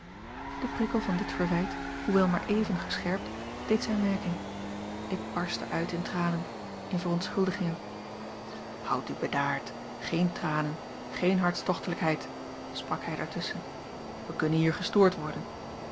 de prikkel van dit verwijt hoewel maar even gescherpt deed zijne werking ik barstte uit in tranen in verontschuldigingen houd u bedaard geene tranen geene hartstochtelijkheid sprak hij daartusschen wij kunnen hier gestoord worden